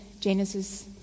Genesis